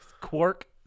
Quark